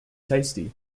tasty